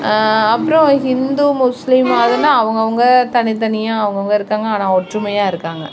அப்புறோம் ஹிந்து முஸ்லீம் அதெலாம் அவங்கவுங்க தனித்தனியாக அவங்கவுங்க இருக்காங்க ஆனால் ஒற்றுமையாக இருக்காங்க